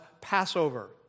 Passover